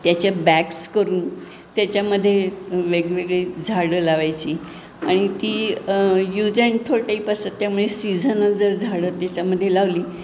त्याच्या बॅग्स करून त्याच्यामध्ये वेगवेगळी झाडं लावायची आणि ती यूज अँड थ्रो टाईप असतात त्यामुळे सीझनल जर झाडं त्याच्यामध्ये लावली